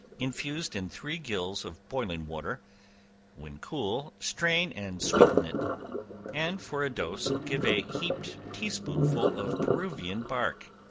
infused in three gills of boiling water when cool, strain and sweeten it and for a dose give a heaped tea-spoonful of peruvian bark,